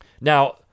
Now